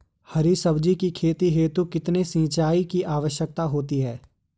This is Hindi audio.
हरी सब्जी की खेती हेतु कितने सिंचाई की आवश्यकता होती है?